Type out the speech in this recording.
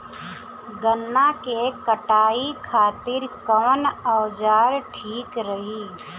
गन्ना के कटाई खातिर कवन औजार ठीक रही?